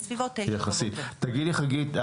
תגידי חגית,